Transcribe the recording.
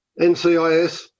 NCIS